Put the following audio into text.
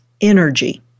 energy